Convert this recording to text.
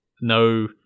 no